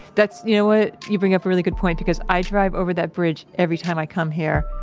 that's, you know what, you bring up a really good point, because i drive over that bridge every time i come here.